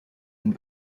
and